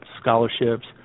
scholarships